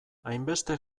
hainbeste